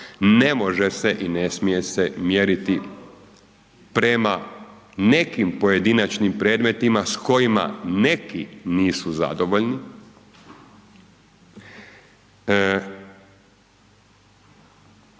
ne može se i ne smije se mjeriti prema nekim pojedinačnim predmetima s kojima neki nisu zadovoljni.